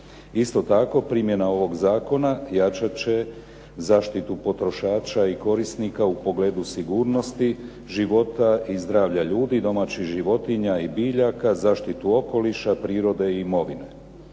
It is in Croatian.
Isto tako primjena ovog zakona jačat će zaštitu potrošača i korisnika u pogledu sigurnosti života, zdravlja ljudi, domaćih životinja, biljaka, zaštitu okoliša, prirode i imovine.